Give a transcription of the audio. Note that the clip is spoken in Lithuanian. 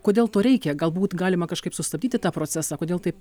kodėl to reikia galbūt galima kažkaip sustabdyti tą procesą kodėl taip